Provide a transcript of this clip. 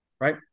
Right